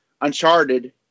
Uncharted